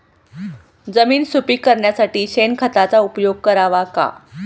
जमीन सुपीक करण्यासाठी शेणखताचा उपयोग करावा का?